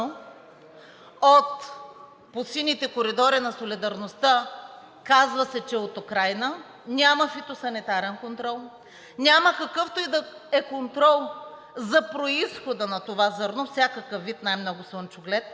по сините коридори на солидарността. Казва се, че е от Украйна и няма фитосанитарен контрол, няма какъвто и да е контрол за произхода на това зърно, всякакъв вид, а най-много слънчоглед.